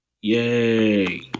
Yay